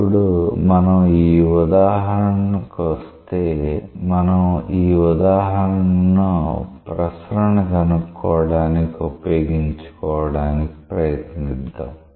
ఇప్పుడు మనం ఈ ఉదాహరణకు వస్తే మనం ఈ ఉదాహరణను ప్రసరణ కనుక్కోవడానికి ఉపయోగించుకోవడానికి ప్రయత్నిద్దాం